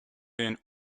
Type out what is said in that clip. been